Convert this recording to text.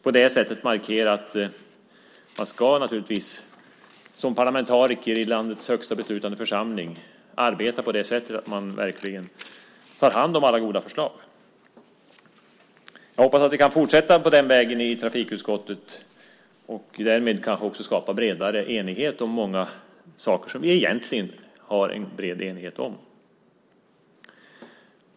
På detta sätt har vi markerat att man som parlamentariker i landets högsta beslutande församling ska arbeta på det sättet att man tar hand om alla goda förslag. Jag hoppas att vi kan fortsätta på den vägen i trafikutskottet och därmed kanske också skapa bredare enighet om många saker som vi egentligen har en bred enighet om.